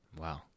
Wow